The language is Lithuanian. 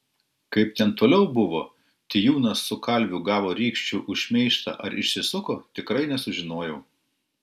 kaip ten toliau buvo tijūnas su kalviu gavo rykščių už šmeižtą ar išsisuko tikrai nesužinojau